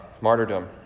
martyrdom